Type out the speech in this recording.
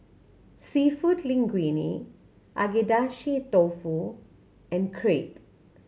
Seafood Linguine Agedashi Dofu and Crepe